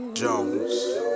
Jones